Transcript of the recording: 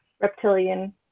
reptilian